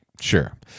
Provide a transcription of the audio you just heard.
Sure